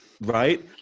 right